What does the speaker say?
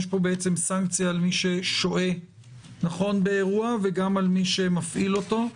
יש פה בעצם סנקציה על מי ששוהה באירוע וגם על מי שמפעיל אותו?